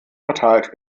verteilt